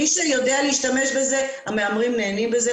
מי שיודע להשתמש בזה, המהמרים נהנים מזה.